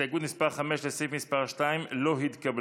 הסתייגות מס' 5, לסעיף מס' 2, לא התקבלה.